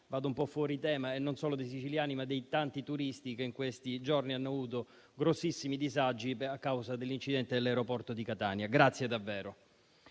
di tutti i siciliani e non solo, ma anche dei tanti turisti che in questi giorni hanno avuto grossissimi disagi a causa dell'incidente nell'aeroporto di Catania: grazie davvero.